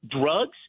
Drugs